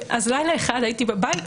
לילה אחד הייתי בבית,